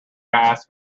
ask